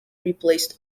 replaced